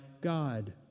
God